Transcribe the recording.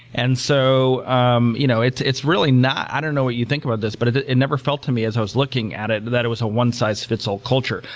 and so um you know it's it's really not. i don't know what you think about this, but it it never felt to me, as i was looking at it that it was a one-size-fits-all-culture,